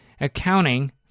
accounting